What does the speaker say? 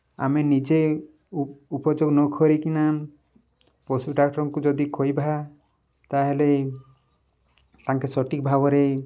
ଆମେ ନିଜେ ଉପଯୋଗ ନଖରିକିନା ପଶୁ ଡ଼ାକ୍ଟରଙ୍କୁ ଯଦି କହିବା ତା'ହେଲେ ତାଙ୍କେ ସଠିକ୍ ଭାବରେ